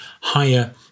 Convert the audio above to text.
higher